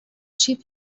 cheap